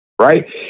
right